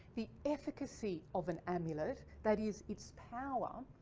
the efficacy of an amulet. that is, its power,